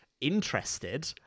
interested